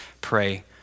pray